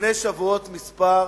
לפני שבועות מספר